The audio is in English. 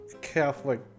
Catholic